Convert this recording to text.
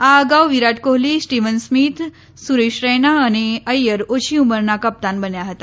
આ અગાઉ Virat Kohli Steven Smith Suresh Raina અને અથ્યર ઓછી ઉંમરમાં કપ્તાન બન્યા હતા